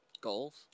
Goals